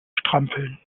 strampeln